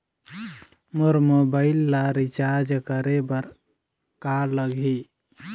मोर mobile ला recharge करे बर का लगही?